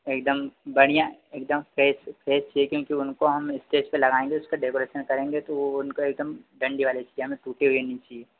एकदम बढ़िया एकदम फ्रेस फ्रेस चाहिए क्योंकि उनको हम स्टेज पर लगाएंगे उसका डेकोरेशन करेंगे तो वह उनका एकदम डंडी वाले चाहिए हमें टूटे हुए नहीं चाहिए